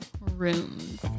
rooms